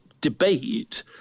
debate